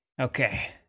Okay